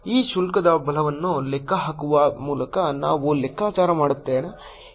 ಈ ಶುಲ್ಕದ ಬಲವನ್ನು ಲೆಕ್ಕಹಾಕುವ ಮೂಲಕ ನಾನು ಲೆಕ್ಕಾಚಾರ ಮಾಡುತ್ತೇನೆ